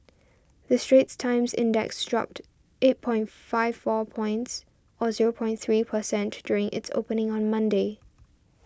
the Straits Times Index dropped eight point five four points or zero points three per cent to during its opening on Monday